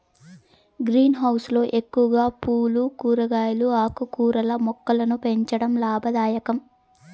green house లో ఎక్కువగా పూలు, కూరగాయలు, ఆకుకూరల మొక్కలను పెంచడం లాభదాయకం